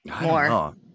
More